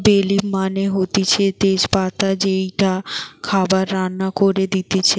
বে লিফ মানে হতিছে তেজ পাতা যেইটা খাবার রান্না করে দিতেছে